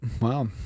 Wow